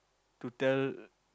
to tell